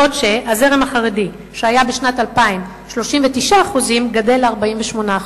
בעוד שהזרם החרדי, שהיה בשנת 2000 39%, גדל ל-48%.